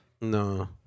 No